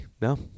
No